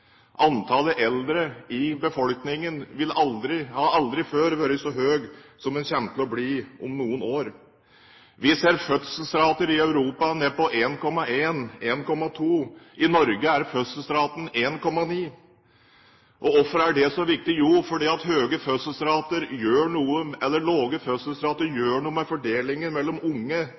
Antallet eldre i befolkningen har aldri vært så høy som den kommer til å bli om noen år. Vi ser fødselsrater i Europa ned på 1,1–1,2. I Norge er fødselsraten 1,9. Hvorfor er det så viktig? Jo, fordi lave fødselsrater gjør noe med fordelingen mellom unge